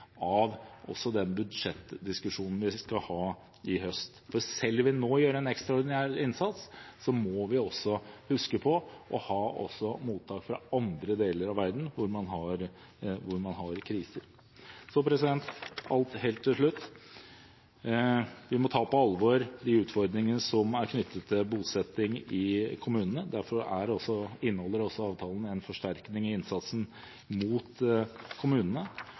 av også den budsjettdiskusjonen vi skal ha i høst. For selv om vi nå gjør en ekstraordinær innsats, må vi også huske på å ha mottak fra andre deler av verden hvor man har kriser. Så helt til slutt: Vi må ta på alvor de utfordringene som er knyttet til bosetting i kommunene. Derfor inneholder også avtalen en forsterkning i innsatsen mot kommunene.